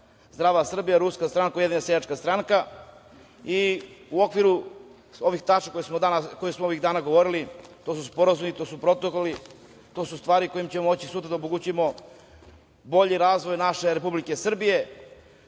Zdrava Srbija - Ruska stranka - Ujedinjena seljačka stranka i u okviru ovih tačaka koje smo ovih dana govorili, to su sporazumi, to su protokoli, to su stvari kojima ćemo moći sutra da omogućimo bolji razvoj naše Republike Srbije. Tu